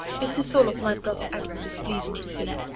if the soul of my brother edward is pleasing to thee,